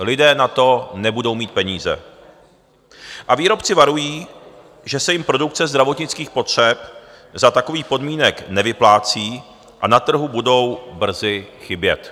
Lidé na to nebudou mít peníze a výrobci varují, že se jim produkce zdravotnických potřeb za takových podmínek nevyplácí a na trhu budou brzy chybět.